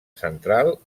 central